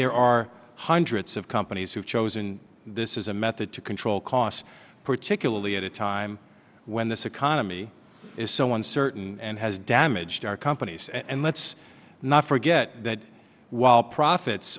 there are hundreds of companies who have chosen this is a method to control costs particularly at a time when this economy is so uncertain and has damaged our companies and let's not forget that while profits